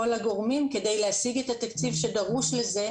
הגורמים כדי להשיג את התקציב שדרוש לזה,